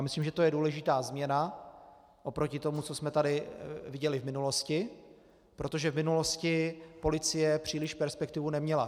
Myslím, že to je důležitá změna oproti tomu, co jsme tady viděli v minulosti, protože v minulosti policie příliš perspektivu neměla.